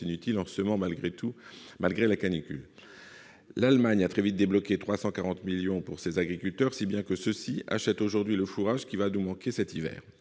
inutiles en semant malgré la canicule. L'Allemagne a très vite débloqué 340 millions d'euros pour ses agriculteurs, si bien que ceux-ci achètent aujourd'hui le fourrage qui nous manquera cet hiver